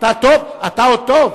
אתה עוד טוב.